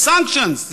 ו-Sanctions,